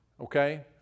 Okay